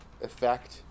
effect